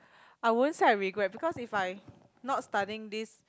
I won't say I regret because if I not studying this